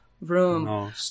room